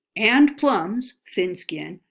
and plums, thin-skinned,